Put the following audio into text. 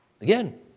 Again